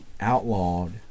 outlawed